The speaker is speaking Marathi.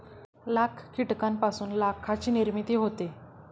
लाख कीटकांपासून लाखाची निर्मिती होते